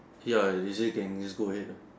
see how they say can just go ahead lah